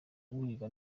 wiga